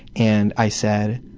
and i said,